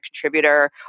contributor